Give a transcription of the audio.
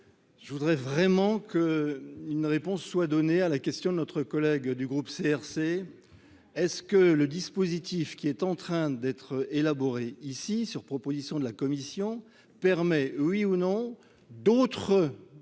j'aimerais vraiment qu'une réponse soit donnée à la question de notre collègue du groupe CRCE : le dispositif qui est en train d'être élaboré ici, sur proposition de la commission, permet-il, oui ou non, d'accueillir